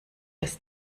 das